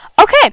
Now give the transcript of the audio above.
okay